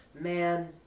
man